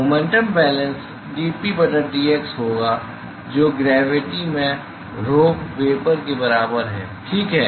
momentum balance dP बटा dx होगा जो ग्रेविटी में rho वेपर के बराबर है ठीक है